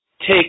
take